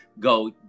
go